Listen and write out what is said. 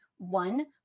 one